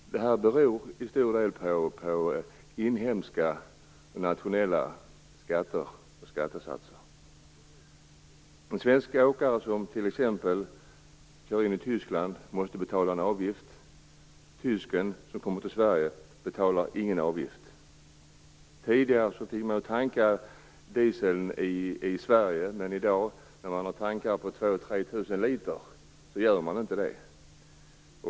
Det här beror till stor del på inhemska skatter och skattesatser. De svenska åkare som t.ex. kör in i Tyskland måste betala en avgift. Tyskar som kommer till Sverige betalar ingen avgift. Tidigare fick man tanka dieseln i Sverige, men i dag, när man har tankar som rymmer 2 000-3 000 liter, gör man inte det.